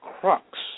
crux